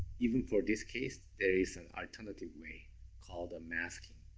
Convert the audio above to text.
even for this case, there is an alternative way called masking.